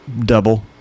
double